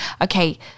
Okay